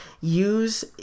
use